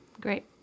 Great